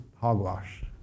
hogwash